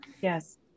Yes